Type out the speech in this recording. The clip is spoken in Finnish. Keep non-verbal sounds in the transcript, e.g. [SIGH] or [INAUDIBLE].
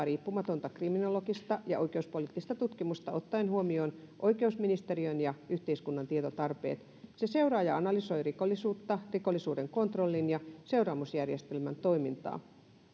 [UNINTELLIGIBLE] riippumatonta kriminologista ja oikeuspoliittista tutkimusta ottaen huomioon oikeusministeriön ja yhteiskunnan tietotarpeet se seuraa ja analysoi rikollisuutta rikollisuuden kontrollin ja seuraamusjärjestelmän toimintaa